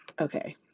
okay